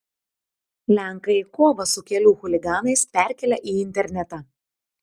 lenkai kovą su kelių chuliganais perkelia į internetą